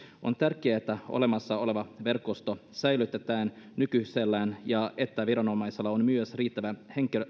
on tärkeää että olemassa oleva verkosto säilytetään nykyisellään ja että viranomaisella on myös riittävät